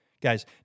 Guys